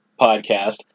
Podcast